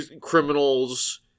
criminals